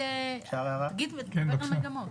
תדבר על מגמות.